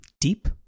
deep